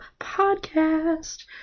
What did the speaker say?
podcast